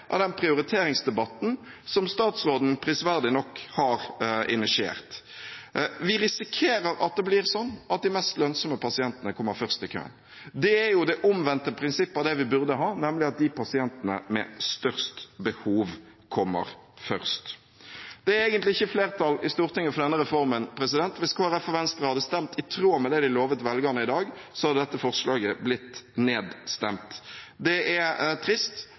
av den prioriteringsdebatten som statsråden prisverdig nok har initiert. Vi risikerer at det blir sånn at de mest lønnsømme pasientene kommer først i køen. Det er det omvendte prinsipp av det vi burde ha, nemlig at de pasientene med størst behov kommer først. Det er egentlig ikke flertall i Stortinget for denne reformen. Hvis Kristelig Folkeparti og Venstre i dag hadde stemt i tråd med det de lovet velgerne, hadde dette forslaget blitt nedstemt. Det er trist